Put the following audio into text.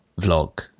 vlog